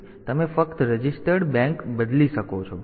તેથી તમે ફક્ત રજીસ્ટર્ડ બેંકને બદલી શકો છો